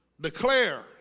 declare